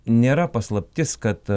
nėra paslaptis kad